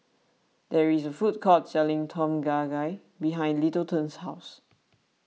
there is a food court selling Tom Kha Gai behind Littleton's house